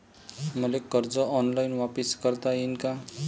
मले कर्ज ऑनलाईन वापिस करता येईन का?